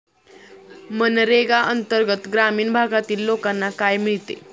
मनरेगा अंतर्गत ग्रामीण भागातील लोकांना काम मिळते